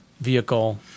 vehicle